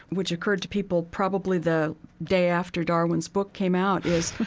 which occurred to people probably the day after darwin's book came out is,